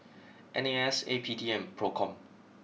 N A S A P D and Procom